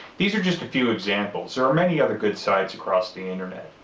these are just a few examples, there are many other good sites across the internet.